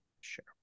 sure